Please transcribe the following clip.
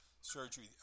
surgery